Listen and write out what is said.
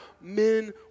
men